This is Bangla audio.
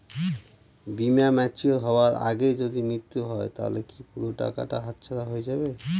বীমা ম্যাচিওর হয়ার আগেই যদি মৃত্যু হয় তাহলে কি পুরো টাকাটা হাতছাড়া হয়ে যাবে?